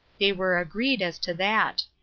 they were agreed as to that.